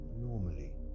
normally